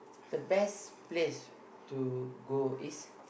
the best place to go is